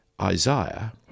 Isaiah